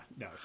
no